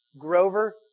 Grover